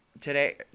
today